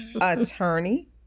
Attorney